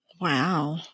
Wow